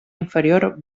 inferior